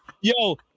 yo